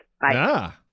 Bye